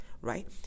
right